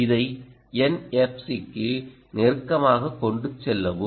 இதை NFC க்கு நெருக்கமாகக் கொண்டு செல்லவும்